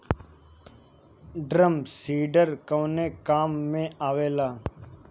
Drum seeder कवने काम में आवेला?